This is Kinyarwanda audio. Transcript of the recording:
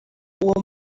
uwo